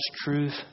truth